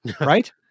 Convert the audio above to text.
right